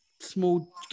small